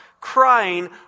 crying